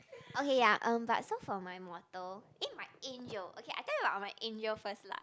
okay ya um but so for my mortal eh my angel okay I tell you about my angel first lah